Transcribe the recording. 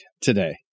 today